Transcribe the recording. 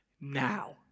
now